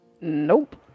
Nope